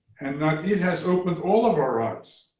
and that it has opened all of our eyes,